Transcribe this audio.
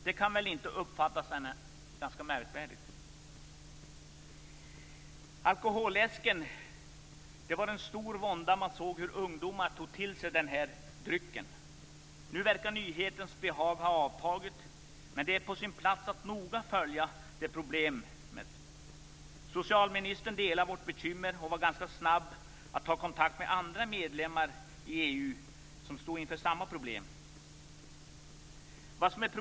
Det var med stor vånda man såg hur ungdomar tog till sig alkoläsken. Nu verkar nyhetens behag ha avtagit, men det är på sin plats att noga följa detta problem. Socialministern delar vårt bekymmer och har varit ganska snabb med att ta kontakt med andra medlemsländer i EU som står inför samma problem.